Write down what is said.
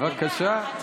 בבקשה,